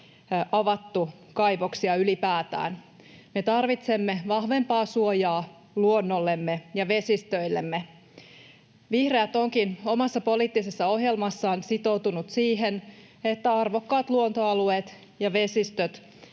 avattu kaivoksia ylipäätään. Me tarvitsemme vahvempaa suojaa luonnollemme ja vesistöillemme. Vihreät onkin omassa poliittisessa ohjelmassaan sitoutunut siihen, että arvokkaat luontoalueet ja vesistöt